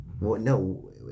No